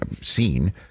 seen